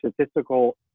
statistical